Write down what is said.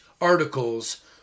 articles